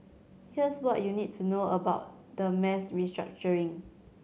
here's what you need to know about the mass restructuring